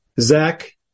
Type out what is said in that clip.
Zach